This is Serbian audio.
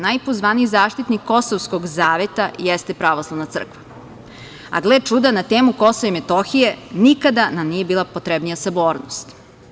Najpozvaniji zaštitnik Kosovskog zaveta jeste Pravoslavna crkva, a gle čuda na temu Kosova i Metohije nikada nam nije bila potrebnija sabornost.